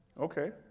Okay